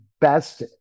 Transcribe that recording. best